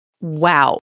Wow